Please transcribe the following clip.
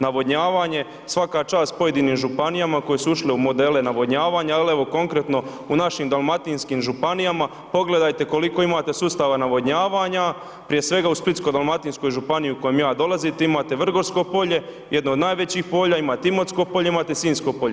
Navodnjavanje, svaka čast pojedinim županijama koje su ušle u modele navodnjavanja ali evo konkretno u našim dalmatinskim županijama pogledajte koliko imate sustava navodnjavanja, prije svega u Splitko-dalmatinskoj županiji iz koje ja dolazim imate Vrgorsko polje, jedno od najvećih polja, imate Imotsko polje, imate Sinjsko polje.